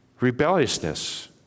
Rebelliousness